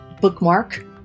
bookmark